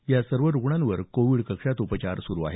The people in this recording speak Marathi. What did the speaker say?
या सर्व रुग्णांवर कोविड कक्षात उपचार सुरु आहेत